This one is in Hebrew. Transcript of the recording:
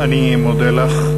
אני מודה לך.